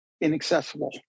inaccessible